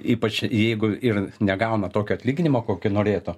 ypač jeigu ir negauna tokio atlyginimo kokį norėtų